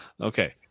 Okay